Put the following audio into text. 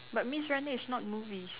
but maze runner is not movies